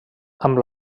amb